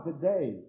today